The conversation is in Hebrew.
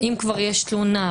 אם כבר יש תלונה,